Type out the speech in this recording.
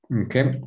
Okay